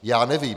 Já nevím.